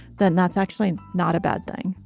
then that's actually not a bad thing.